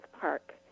Park